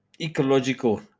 ecological